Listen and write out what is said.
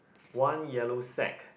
one yellow sac